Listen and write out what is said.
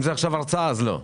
אם זו עכשיו הרצאה, אז לא.